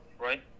right